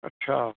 अच्छा